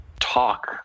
Talk